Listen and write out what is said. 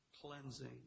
cleansing